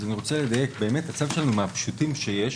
אז אני רוצה לדייק: הצו שלנו הוא באמת מהפשוטים שיש,